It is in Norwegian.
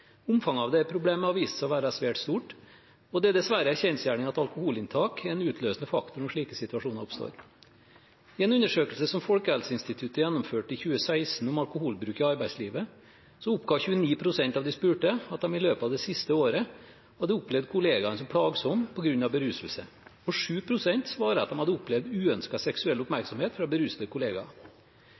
Omfanget av dette problemet har vist seg å være svært stort, og det er dessverre en kjensgjerning at alkoholinntak er en utløsende faktor når slike situasjoner oppstår. I en undersøkelse som Folkehelseinstituttet gjennomførte i 2016 om alkoholbruk i arbeidslivet, oppga 29 pst. av de spurte at de i løpet av det siste året hadde opplevd kollegaer som plagsomme på grunn av beruselse, og 7 pst. svarte at de hadde opplevd uønsket seksuell oppmerksomhet fra berusede kollegaer.